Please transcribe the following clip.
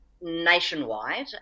nationwide